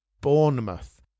Bournemouth